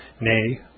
nay